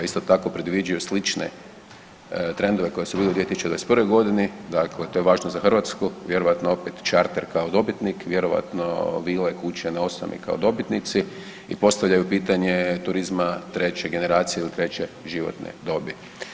Isto tako predviđaju slične trendove koji su bili u 2021.g., dakle to je važno za Hrvatsku, vjerojatno opet Charter kao dobitnik, vjerojatno vile, kuće na osami kao dobitnici i postavljaju pitanje turizma treće generacije ili treće životne dobi.